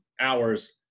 hours